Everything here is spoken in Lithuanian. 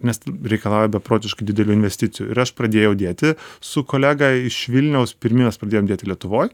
nes reikalauja beprotiškai didelių investicijų ir aš pradėjau dėti su kolega iš vilniaus pirmi mes pradėjom dėti lietuvoj